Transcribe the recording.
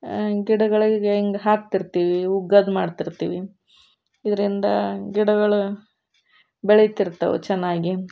ಗಿಡಗಳಿಗೆ ಹಿಂಗ್ ಹಾಕ್ತಿರ್ತೀವಿ ಉಗ್ಗೋದು ಮಾಡ್ತಿರ್ತೀವಿ ಇದರಿಂದ ಗಿಡಗಳು ಬೆಳಿತಿರ್ತವೆ ಚೆನ್ನಾಗಿ